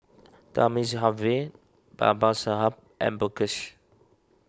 Thamizhavel Babasaheb and Mukesh